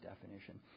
definition